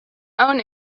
own